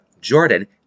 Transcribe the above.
Jordan